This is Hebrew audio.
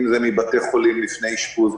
אם זה מבתי חולים לפני אשפוז,